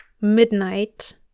midnight